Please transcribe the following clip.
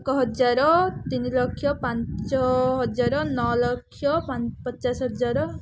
ଏକ ହଜାର ତିନି ଲକ୍ଷ ପାଞ୍ଚ ହଜାର ନଅ ଲକ୍ଷ ପଚାଶ ହଜାର